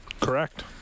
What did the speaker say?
Correct